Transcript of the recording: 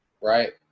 right